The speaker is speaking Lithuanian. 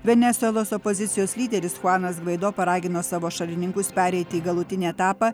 venesuelos opozicijos lyderis chuanas gvaido paragino savo šalininkus pereiti į galutinį etapą